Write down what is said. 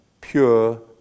pure